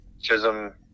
Chisholm